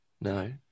No